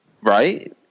Right